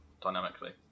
dynamically